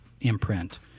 imprint